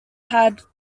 have